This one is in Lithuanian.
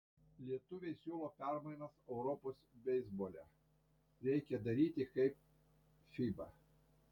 lietuviai siūlo permainas europos beisbole reikia daryti kaip fiba